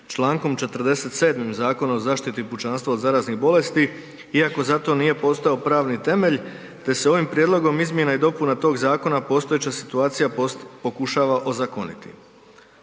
čl. 47. Zakona o zaštiti pučanstva od zaraznih bolesti iako za to nije postojao pravni temelj, te se ovim prijedlogom izmjena i dopuna tog zakona postojeća situacija pokušava ozakoniti.